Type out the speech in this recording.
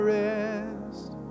rest